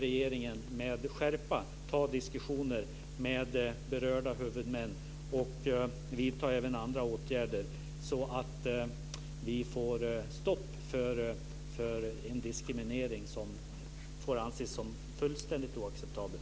Regeringen borde med skärpa ta diskussioner med berörda huvudmän och även vidta andra åtgärder så att vi får stopp på en diskriminering som får anses som fullständigt oacceptabel.